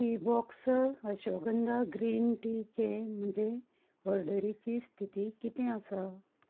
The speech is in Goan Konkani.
टी बॉक्स अश्वगंदा ग्रीन टीचे म्हणचे ऑर्डरीची स्थिती कितें आसा